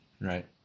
Right